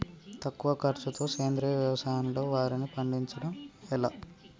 తక్కువ ఖర్చుతో సేంద్రీయ వ్యవసాయంలో వారిని పండించడం ఎలా?